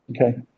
Okay